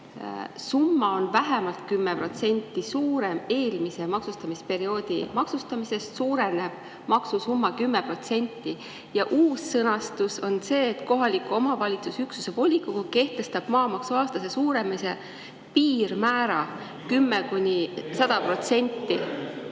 summa on vähemalt 10% suurem eelmise maksustamisperioodi maksu[summast], suureneb maksusumma 10%. Ja uus sõnastus on see, et kohaliku omavalitsuse üksuse volikogu kehtestab maamaksu aastase suurenemise piirmäära 10–100%